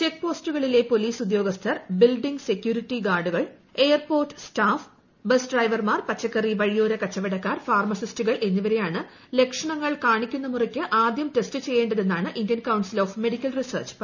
check പോയിന്റുകളിലെ police ഉദ്യോഗസ്ഥർ building security ഗാർഡുകൾ എയർപോർട്ട് സ്റ്റാഫ് ബസ് ഡ്രൈവർമാർ പച്ചക്കറി വഴിയോര കച്ചവടക്കാർ ഫാർമസിസ്റ്റുകൾ എന്നിവരെയാണ് ലക്ഷണങ്ങൾ കാണിക്കുന്ന മുറ്റയ്ക്ക് ആദ്യം ടെസ്റ്റ് ചെയ്യേണ്ടതെന്നാണ് Indian council of medical research പറയുന്നത്